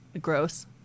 gross